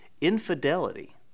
infidelity